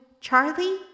Charlie